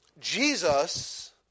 Jesus